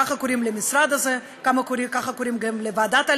כך קוראים למשרד הזה וכך קוראים גם לוועדה,